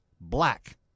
Black